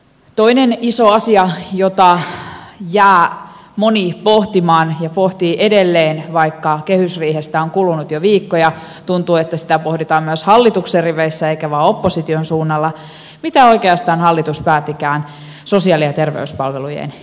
toinen iso asia jota jää moni pohtimaan ja pohtii edelleen vaikka kehysriihestä on kulunut jo viikko ja tuntuu että sitä pohditaan myös hallituksen riveissä eikä vain opposition suunnalla on se mitä oikeastaan hallitus päättikään sosiaali ja terveyspalvelujen järjestämisestä